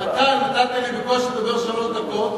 אתה נתת לי בקושי לדבר שלוש דקות.